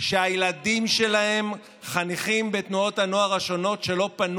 שהילדים שלהם חניכים בתנועות הנוער השונות שלא פנו